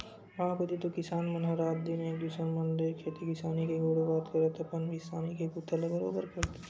गाँव कोती तो किसान मन ह रात दिन एक दूसर मन ले खेती किसानी के गोठ बात करत अपन किसानी के बूता ला बरोबर करथे